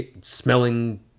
smelling